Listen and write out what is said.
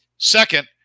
Second